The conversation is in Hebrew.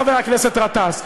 חבר הכנסת גטאס,